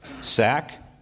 sack